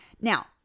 Now